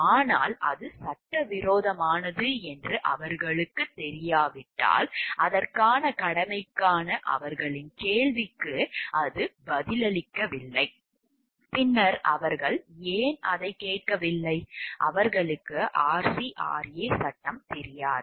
ஆனால் அது சட்டவிரோதமானது என்று அவர்களுக்குத் தெரியாவிட்டால் அதற்கான கடமைக்கான அவர்களின் கேள்விக்கு அது பதிலளிக்கவில்லை பின்னர் அவர்கள் ஏன் அதைக் கேட்கவில்லை அவர்களுக்கு RC RA சட்டம் தெரியாது